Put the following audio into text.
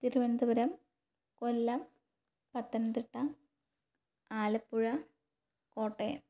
Thiruvananthapuram Kollam Pathanamthitta Alappuzha Kottayam